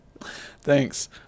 Thanks